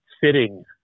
fitting